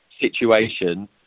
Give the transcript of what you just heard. situation